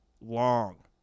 long